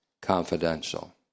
confidential